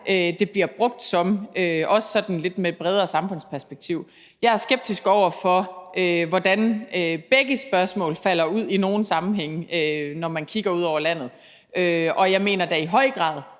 det bliver brugt som, også lidt i et bredere samfundsperspektiv? Jeg er skeptisk over for, hvordan svarene på begge spørgsmål falder ud i nogle sammenhænge, når man kigger ud over landet, og jeg mener da i høj grad,